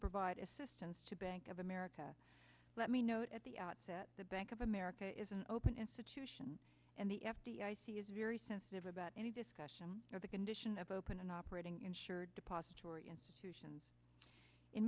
provide assistance to bank of america let me note at the outset the bank of america is an open institution and the f d i c is very sensitive about any discussion of the condition of open and operating insured depository institutions in